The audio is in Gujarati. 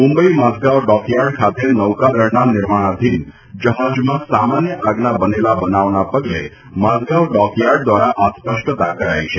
મુંબઇના માઝગાંવ ડોકયાર્ડ ખાતે નૌકાદળના નિર્માણાધીન જહાજમાં સામાન્ય આગના બનેલા બનાવના પગલે માઝગાંવ ડોકયાર્ડ દ્વારા આ સ્પષ્ટતા કરાઇ છે